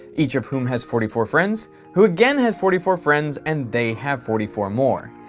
each of whom has forty four friends who again has forty four friends and they have forty four more.